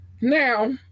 Now